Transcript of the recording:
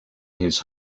his